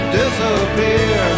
disappear